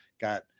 got